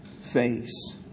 face